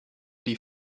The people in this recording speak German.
die